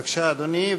בבקשה, אדוני.